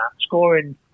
scoring